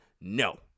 No